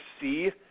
see